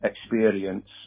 experience